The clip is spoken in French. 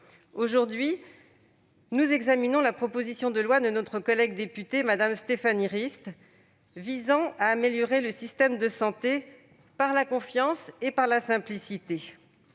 Aujourd'hui, nous examinons la proposition de loi de notre collègue députée, Mme Stéphanie Rist, visant à améliorer le système de santé par la confiance et la simplification.